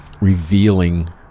revealing